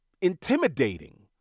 intimidating